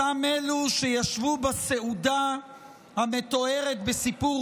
אותם אלו שישבו בסעודה המתוארת בסיפור